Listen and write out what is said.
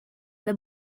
the